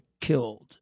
killed